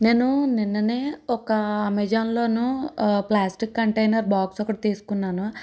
నేను నిన్ననే ఒక అమెజాన్లో ప్లాస్టిక్ కంటైనర్ బాక్స్ ఒకటి తీసుకున్నాను